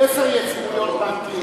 אני אסדר לו עם רוזנטל